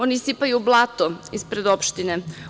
Oni sipaju blato ispred opštine.